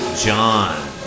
John